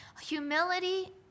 Humility